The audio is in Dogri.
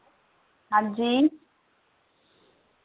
हां जी